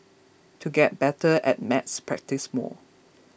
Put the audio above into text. to get better at maths practise more